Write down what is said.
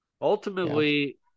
ultimately